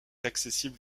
accessible